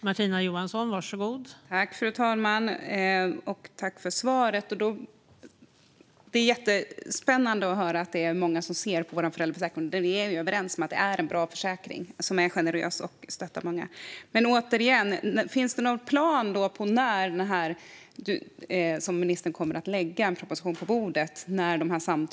Fru talman! Tack för svaret, statsrådet! Det är jättespännande att höra att det är många som tittar på vår föräldraförsäkring. Vi är överens om att det är en bra försäkring som är generös och stöttar många. Men finns det någon plan för, efter att de här samtalen landat, när ministern kommer att lägga en proposition på bordet?